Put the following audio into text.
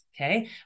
Okay